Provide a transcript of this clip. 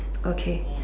okay